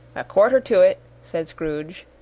a quarter to it, said scrooge.